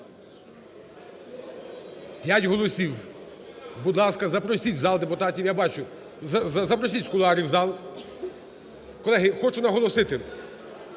П'ять голосів. Будь ласка, запросіть в зал депутатів. Я бачу, запросіть з кулуарів в зал. Колеги, хочу наголосити,